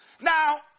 Now